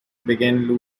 began